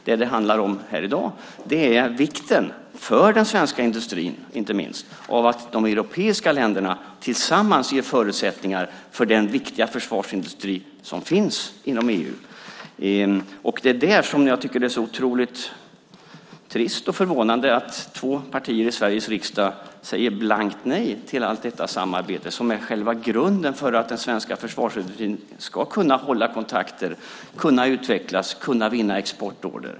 Det som det handlar om i dag är vikten, inte minst för den svenska industrin, av att de europeiska länderna tillsammans ger förutsättningar för den viktiga försvarsindustri som finns inom EU. Jag tycker att det är så otroligt trist och förvånande att två partier i Sveriges riksdag säger blankt nej till allt detta samarbete som är själva grunden för att den svenska försvarsindustrin ska kunna hålla kontakter, kunna utvecklas och kunna vinna exportorder.